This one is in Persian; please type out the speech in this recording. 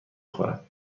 خورد